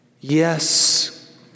Yes